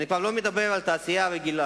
אני כבר לא מדבר על תעשייה רגילה,